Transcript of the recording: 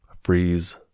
freeze